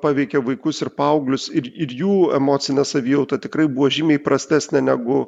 paveikė vaikus ir paauglius ir ir jų emocinė savijauta tikrai buvo žymiai prastesnė negu